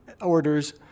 orders